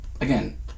again